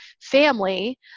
family